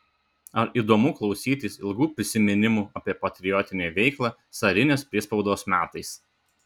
ar įdomu klausytis ilgų prisiminimų apie patriotinę veiklą carinės priespaudos metais